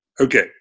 Okay